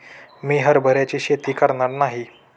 मी हरभऱ्याची शेती करणार नाही